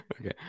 Okay